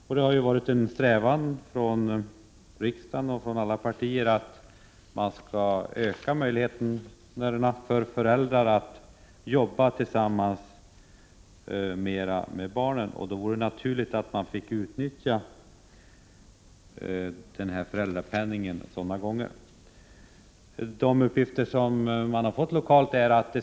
Men det har ju varit en strävan från alla partier i riksdagen att öka möjligheterna för föräldrar att vara tillsammans med sina barn. Då vore det naturligt att föräldrarna fick utnyttja föräldrapenningen i sådana fall. De uppgifter som föräldrarna har fått från lokalt håll innebär att Prot.